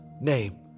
name